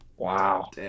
Wow